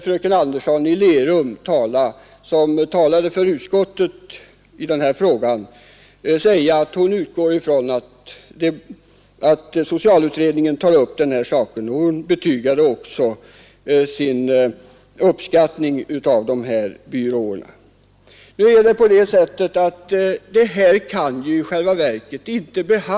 Fröken Andersson i Lerum, som talade för utskottet i denna fråga, sade att hon utgår från att socialutredningen tar upp frågan, och hon betygade också sin uppskattning av dessa byråer.